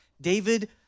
David